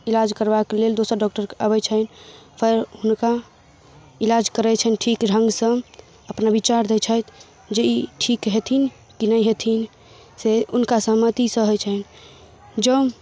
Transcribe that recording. इलाज करबाक लेल दोसर डॉक्टर अबै छनि फेर हुनका इलाज करै छनि ठीक ढङ्गसँ अपना विचार दै छथि जे ई ठीक हेथिन कि नहि हेथिन से हुनका सहमतिसँ होइ छनि जँ